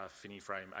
Fini-Frame